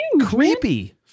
Creepy